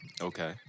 Okay